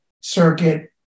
circuit